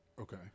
Okay